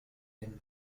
and